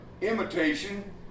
imitation